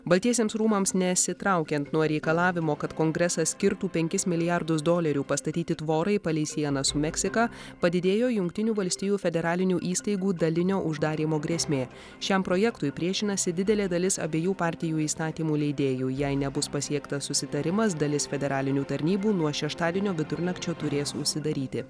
baltiesiems rūmams nesitraukiant nuo reikalavimo kad kongresas skirtų penkis milijardus dolerių pastatyti tvorai palei sieną su meksika padidėjo jungtinių valstijų federalinių įstaigų dalinio uždarymo grėsmė šiam projektui priešinasi didelė dalis abiejų partijų įstatymų leidėjų jei nebus pasiektas susitarimas dalis federalinių tarnybų nuo šeštadienio vidurnakčio turės užsidaryti